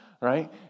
right